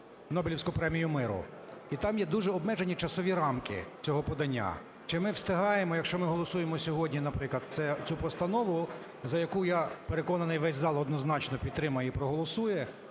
Нобелівську премію миру. І там є дуже обмежені часові рамки цього подання. Чи ми встигаємо, якщо ми голосуємо сьогодні, наприклад, цю постанову, за яку, я переконаний, весь зал однозначно підтримає і проголосує,